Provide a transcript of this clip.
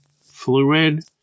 fluid